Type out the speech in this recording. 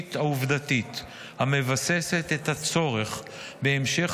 התשתית העובדתית המבססת את הצורך בהמשך